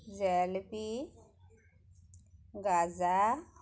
jalebi গাজা